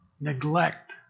neglect